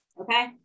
Okay